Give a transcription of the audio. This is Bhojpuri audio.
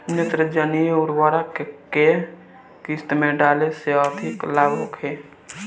नेत्रजनीय उर्वरक के केय किस्त में डाले से अधिक लाभ होखे?